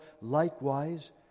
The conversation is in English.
likewise